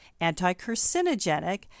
anti-carcinogenic